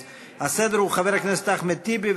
אז הסדר הוא: חבר הכנסת אחמד טיבי,